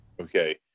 Okay